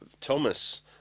Thomas